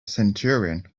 centurion